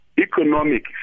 economic